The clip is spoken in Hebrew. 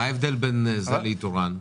מה ההבדל בין זה ובין איתורן?